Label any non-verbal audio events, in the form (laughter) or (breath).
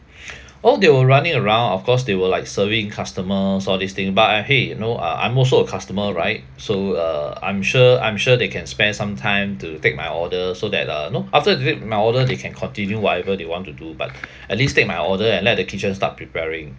(breath) oh they were running around of course they were like serving customers all this thing but I !hey! you know ah I'm also a customer right so uh I'm sure I'm sure they can spare some time to take my order so that uh you know after they take my order they can continue whatever they want to do but (breath) at least take my order and let the kitchen start preparing